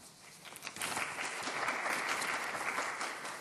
(מחיאות כפיים)